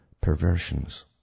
perversions